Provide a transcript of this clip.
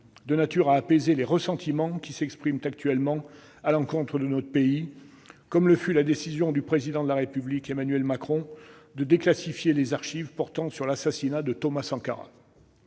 de nature à apaiser les ressentiments qui s'expriment actuellement à l'encontre de notre pays, comme le fut la décision du Président de la République, Emmanuel Macron, de déclassifier les archives portant sur l'assassinat de Thomas Sankara.